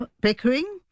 bickering